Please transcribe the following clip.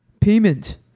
payment